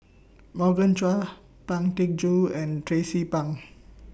Morgan Chua Pang Teck Joon and Tracie Pang